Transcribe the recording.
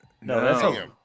No